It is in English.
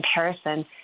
comparison